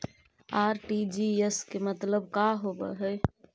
RTGS के मतलब का होव हई?